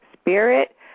spirit